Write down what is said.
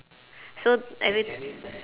so every